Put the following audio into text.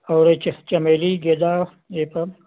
और ये चमेली गेंदा ये सब